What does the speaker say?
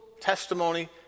testimony